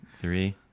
three